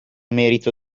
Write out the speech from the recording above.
merito